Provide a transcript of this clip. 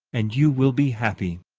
and you will be happy.